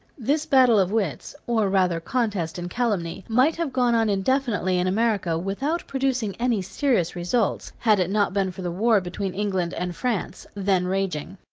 this battle of wits, or rather contest in calumny, might have gone on indefinitely in america without producing any serious results, had it not been for the war between england and france, then raging.